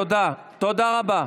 תודה, תודה רבה.